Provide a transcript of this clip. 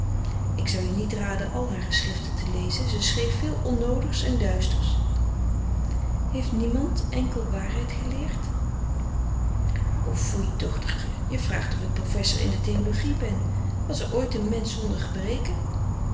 ik zou je niet raden al haar geschriften te lezen zij schreef veel onnoodigs en duisters heeft niemand enkel waarheid geleerd o foei dochtertje je vraagt of ik professor in frederik van eeden van de koele meren des doods de theologie ben was er ooit een mensch zonder gebreken